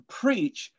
preach